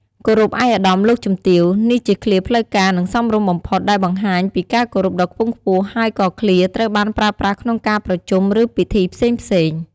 "គោរពឯកឧត្តម លោកជំទាវ" នេះជាឃ្លាផ្លូវការ និងសមរម្យបំផុត ដែលបង្ហាញពីការគោរពដ៏ខ្ពង់ខ្ពស់ហើយក៏ឃ្លាត្រូវបានប្រើប្រាស់ក្នុងការប្រជុំ ឬពិធីផ្សេងៗ។